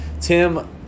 Tim